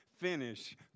finish